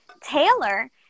Taylor